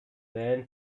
then